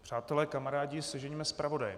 Přátelé, kamarádi, sežeňme zpravodaje.